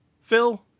Phil